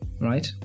right